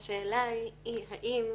השאלה היא האם,